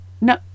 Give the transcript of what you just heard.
No